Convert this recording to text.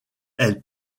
elle